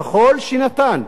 ככל שניתן?